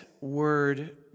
word